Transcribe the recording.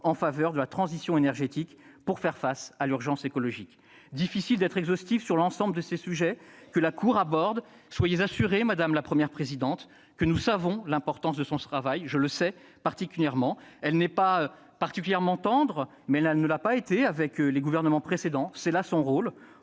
en faveur de la transition énergétique pour faire face à l'urgence écologique. Il est difficile d'être exhaustif sur l'ensemble des sujets que la Cour aborde, mais soyez assurée, madame la Première présidente, que nous savons l'importance de son travail. Elle n'est pas particulièrement tendre, mais elle ne l'a pas été avec les gouvernements précédents, c'est là son rôle